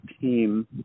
team